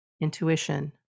intuition